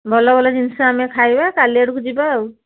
ଭଲ ଭଲ ଜିନିଷ ଆମେ ଖାଇବା କାଲି ଆଡ଼କୁ ଯିବା ଆଉ